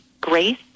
grace